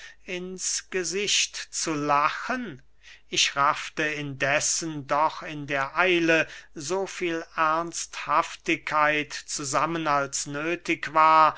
ins gesicht zu lachen ich raffte indessen doch in der eile so viel ernsthaftigkeit zusammen als nöthig war